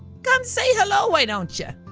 come say hello, whydoncha.